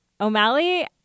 O'Malley